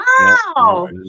wow